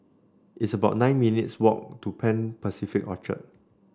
it's about nine minutes' walk to Pan Pacific Orchard